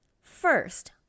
First